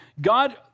God